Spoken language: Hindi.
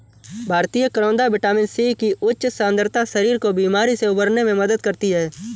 भारतीय करौदा विटामिन सी की उच्च सांद्रता शरीर को बीमारी से उबरने में मदद करती है